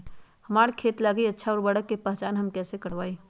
हमार खेत लागी अच्छा उर्वरक के पहचान हम कैसे करवाई?